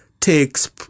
takes